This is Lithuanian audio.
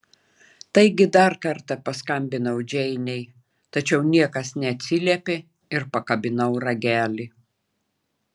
taigi dar kartą paskambinau džeinei tačiau niekas neatsiliepė ir pakabinau ragelį